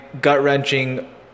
gut-wrenching